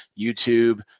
YouTube